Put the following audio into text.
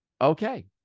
okay